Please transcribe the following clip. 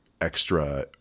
extra